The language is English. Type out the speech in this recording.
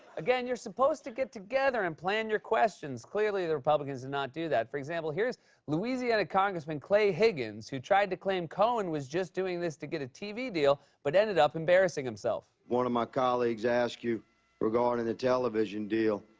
again, you're supposed to get together and plan your questions. clearly, the republicans did not do that. for example, here is louisiana congressman clay higgins, who tried to claim cohen was just doing this to get a tv deal, but ended up embarrassing himself. one of my colleagues asked you regarding the television deal,